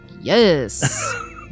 Yes